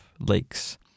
lakes